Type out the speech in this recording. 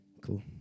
Cool